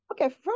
Okay